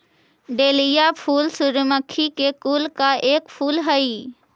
dahlia फूल सूर्यमुखी के कुल का एक फूल हई